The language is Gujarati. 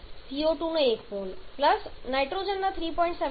CO2 નો 1 મોલ નાઇટ્રોજનના 3